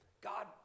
god